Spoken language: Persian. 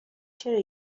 چرا